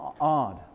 odd